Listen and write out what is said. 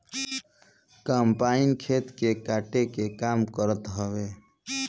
combine खेत के काटे के काम करत हवे